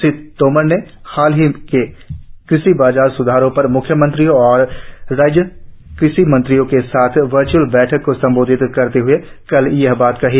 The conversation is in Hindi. श्री तोमर ने हाल के कृषि बाजार स्धारों पर म्ख्यमंत्रियों और राज्य कृषि मंत्रियों के साथ वच्अल बैठक को संबोधित करते हूए कल यह बात कही